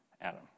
Adam